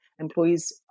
employees